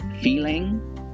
feeling